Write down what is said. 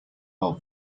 are